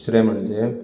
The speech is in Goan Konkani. दुसरें म्हणजे